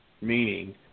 meaning